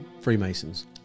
Freemasons